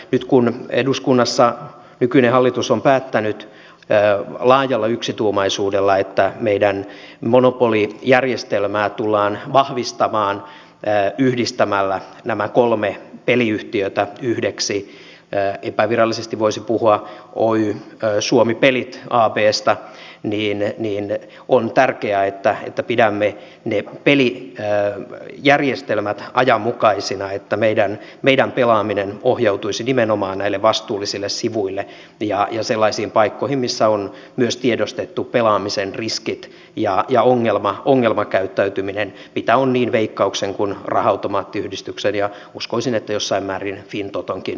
nyt kun nykyinen hallitus on päättänyt laajalla yksituumaisuudella että meidän monopolijärjestelmäämme tullaan vahvistamaan yhdistämällä nämä kolme peliyhtiötä yhdeksi epävirallisesti voisi puhua oy suomi pelit absta niin on tärkeää että pidämme ne pelijärjestelmät ajanmukaisina ja että meillä pelaaminen ohjautuisi nimenomaan näille vastuullisille sivuille ja sellaisiin paikkoihin missä on myös tiedostettu pelaamisen riskit ja ongelmakäyttäytyminen mitä on niin veikkauksen kuin raha automaattiyhdistyksen ja uskoisin että jossain määrin fintotonkin pelaamisessa olemassa